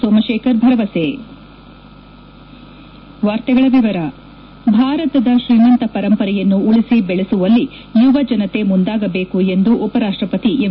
ಸೋಮಶೇಖರ್ ಭರವಸೆ ಭಾರತದ ಶ್ರೀಮಂತ ಪರಂಪರೆಯನ್ನು ಉಳಿಸಿ ಬೆಳೆಸುವಲ್ಲಿ ಯುವ ಜನತೆ ಮುಂದಾಗಬೇಕು ಎಂದು ಉಪ ರಾಷ್ಟಪತಿ ಎಂ